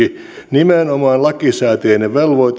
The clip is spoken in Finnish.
nimenomaan lakisääteinen velvoite